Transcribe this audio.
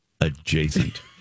adjacent